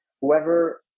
whoever